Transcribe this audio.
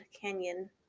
Canyon